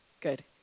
good